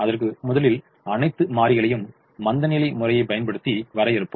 அதற்காக முதலில் அனைத்து மாறிகளையும் மந்தநிலை முறையை பயன்படுத்தி வரையறுப்போம்